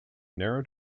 narrow